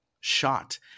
shot